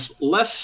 less